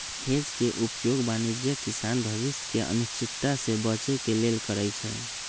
hedge के उपयोग वाणिज्यिक किसान भविष्य के अनिश्चितता से बचे के लेल करइ छै